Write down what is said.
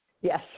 Yes